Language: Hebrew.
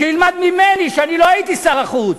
שילמד ממני, ואני לא הייתי שר החוץ,